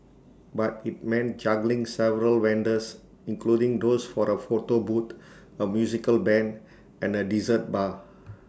but IT meant juggling several vendors including those for A photo booth A musical Band and A dessert bar